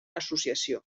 associació